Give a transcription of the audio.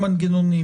מנגנונים.